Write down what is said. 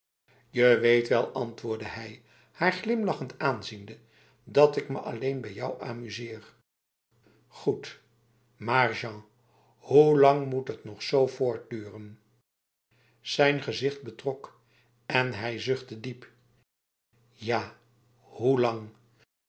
je weet wel antwoordde hij haar glimlachend aanziende dat ik me alleen bij jou amuseer goed maar jean hoe lang moet het nog zo voortduren zijn gezicht betrok en hij zuchtte diep ja hoe